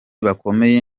bakomeye